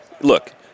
Look